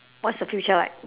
what's the future like